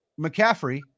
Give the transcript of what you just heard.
McCaffrey